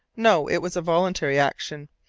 no! it was a voluntary action,